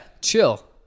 chill